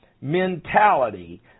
Mentality